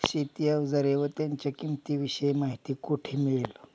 शेती औजारे व त्यांच्या किंमतीविषयी माहिती कोठे मिळेल?